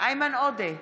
איימן עודה,